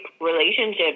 relationship